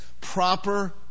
proper